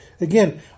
again